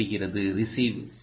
r e c e i v e சரியா